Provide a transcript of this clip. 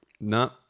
No